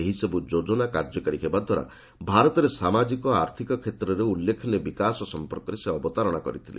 ଏହିସବୁ ଯୋଜନା କାର୍ଯ୍ୟକାରୀ ହେବାଦ୍ୱାରା ଭାରତରେ ସାମାଜିକ ଆର୍ଥିକ କ୍ଷେତ୍ରର ଉଲ୍ଲ୍ଖେନୀୟ ବିକାଶ ସମ୍ପର୍କରେ ସେ ଅବତାରଣା କରିଥିଲେ